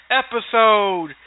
episode